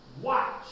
watch